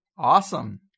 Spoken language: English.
Awesome